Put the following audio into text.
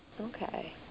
Okay